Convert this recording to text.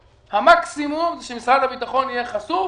המקסימום שמשרד הביטחון יהיה חשוף